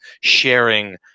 sharing